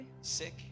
sick